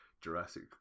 Jurassic